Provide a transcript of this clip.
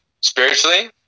spiritually